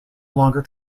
longer